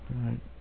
Right